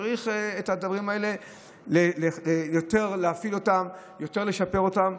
צריך יותר להפעיל את הדברים האלה ולשפר אותם.